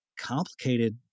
complicated